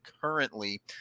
currently